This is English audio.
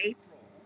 April